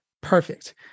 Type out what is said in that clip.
perfect